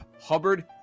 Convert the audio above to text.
Hubbard